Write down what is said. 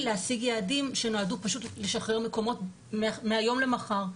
להשיג יעדים שנועדו פשוט לשחרר מקומות מהיום למחר.